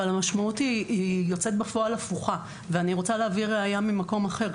אבל המשמעות היא יוצאת בפועל הפוכה ואני רוצה להביא ראיה ממקום אחר.